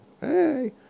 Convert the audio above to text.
hey